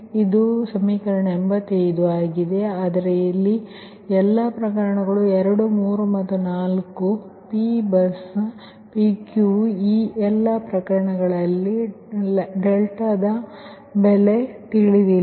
ಇದು ಸಮೀಕರಣ 85 ಆಗಿದೆ ಆದರೆ ಎಲ್ಲಾ ಪ್ರಕರಣಗಳು 2 3 ಮತ್ತು 4 P ಬಸ್ PQ ಈ ಎಲ್ಲಾ ಪ್ರಕರಣಗಳಲ್ಲಿ ದ ಬೆಲೆ ತಿಳಿದಿಲ್ಲ